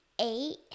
Eight